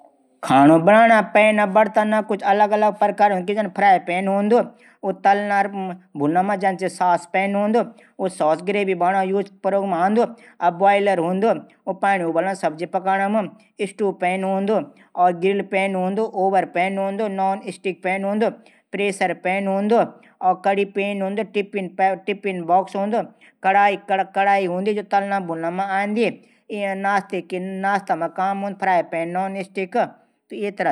खाणा बणाना पैन बर्तन अलग अलग प्रकार हूदन जन फ्राईपैन हूंदू तलन भुनन काम मा सॉस पैन हूद सॉस ग्रेवी बणानू काम मा काम मा आंदू जू बुयालर हूदू ऊ पाणी गर्म और सब्जी पकाणू काम आंदू गिल पैन हूदू नौनसटिक पैन हूदू। प्रेसर पैन हूदू। कडी पैन हूदू। टिपिन बॉक्स हूदू। कडाई हूदी जू तलन भुनन मा आंदी।